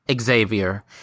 Xavier